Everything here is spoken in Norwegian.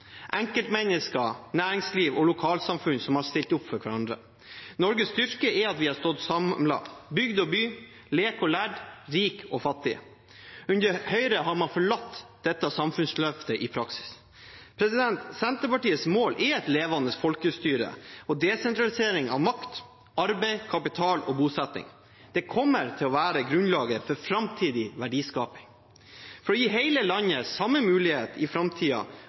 enkeltmennesker, næringsliv og lokalsamfunn som har stilt opp for hverandre. Norges styrke er at vi har stått samlet – bygd og by, lek og lærd, rik og fattig. Under Høyre har man forlatt dette samfunnsløftet i praksis. Senterpartiets mål er et levende folkestyre og desentralisering av makt, arbeid, kapital og bosetting. Det kommer til å være grunnlaget for framtidig verdiskaping. For å gi hele landet den samme muligheten i